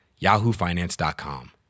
yahoofinance.com